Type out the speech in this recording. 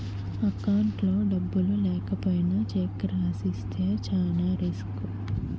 అకౌంట్లో డబ్బులు లేకపోయినా చెక్కు రాసి ఇస్తే చానా రిసుకు